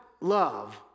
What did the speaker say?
love